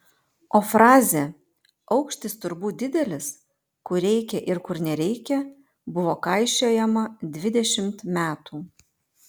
o frazė aukštis turbūt didelis kur reikia ir kur nereikia buvo kaišiojama dvidešimt metų